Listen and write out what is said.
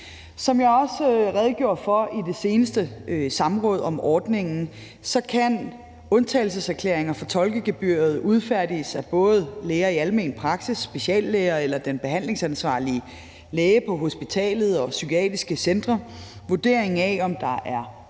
Som jeg også redegjorde for i det seneste samråd om ordningen, kan undtagelseserklæringer for tolkegebyret udfærdiges af både læger i almen praksis, speciallæger eller den behandlingsansvarlige læge på hospitalet og psykiatriske centre. Vurderingen af, om der er grundlag